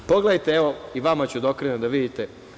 Pogledate, evo, i vama ću da okrenem da vidite.